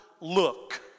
look